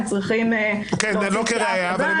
הם צריכים להוציא צו לבנק,